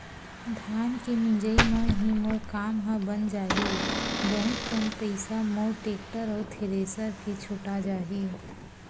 धान के मिंजई म ही मोर काम ह बन जाही बहुत कन पईसा मोर टेक्टर अउ थेरेसर के छुटा जाही